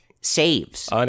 saves